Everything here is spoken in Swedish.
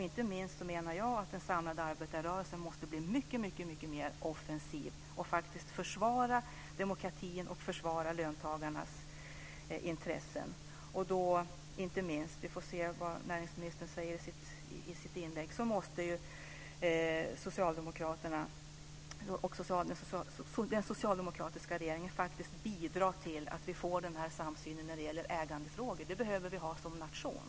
Inte minst måste den samlade arbetarrörelsen bli mycket mer offensiv och faktiskt försvara demokratin och löntagarnas intressen. Vi får väl se vad näringsministern säger i sitt inlägg. Den socialdemokratiska regeringen måste faktiskt bidra till att vi får denna samsyn när det gäller ägandefrågor. Det behöver vi ha som nation.